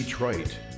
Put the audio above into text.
Detroit